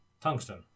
Tungsten